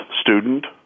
student